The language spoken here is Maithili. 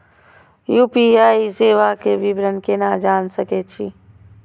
यू.पी.आई सेवा के विवरण केना जान सके छी?